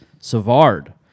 Savard